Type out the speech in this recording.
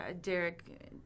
Derek